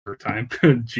time